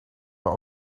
but